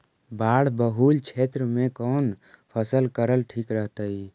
बाढ़ बहुल क्षेत्र में कौन फसल करल ठीक रहतइ?